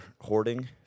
hoarding